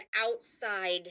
outside